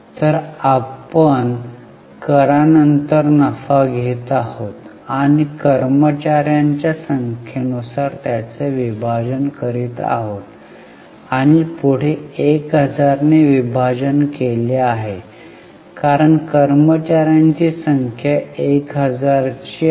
तर आपण करा नंतर नफा घेत आहोत आणि कर्मचार्यांच्या संख्येनुसार त्याचे विभाजन करीत आहोत आणि पुढे 1000 ने विभाजन केले आहे कारण कर्मचार्यांची संख्या 1000 ची आहे